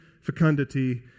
fecundity